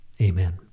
Amen